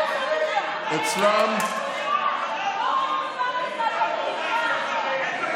את ח'אן אל-אחמר פינית?